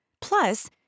Plus